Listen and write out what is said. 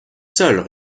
seuls